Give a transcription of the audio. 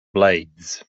blades